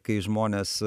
kai žmonės